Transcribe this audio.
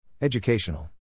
Educational